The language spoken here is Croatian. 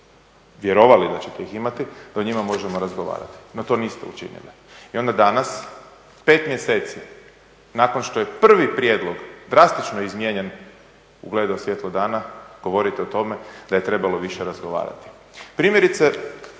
vjerovali da ćete ih imati da o njima možemo razgovarati. No to niste učinili. I onda danas, 5 mjeseci nakon što je prvi prijedlog drastično izmijenjen ugledao svjetlo dana govorite o tome da je trebalo više razgovarati. Primjerice